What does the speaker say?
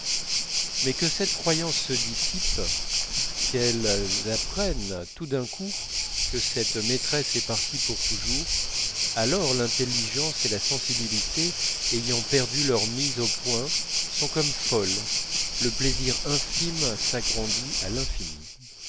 mais que cette croyance se dissipe qu'elles apprennent tout d'un coup que cette maîtresse est partie pour toujours alors l'intelligence et la sensibilité ayant perdu leur mise au point sont comme folles le plaisir infime s'agrandit à l'infini